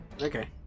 Okay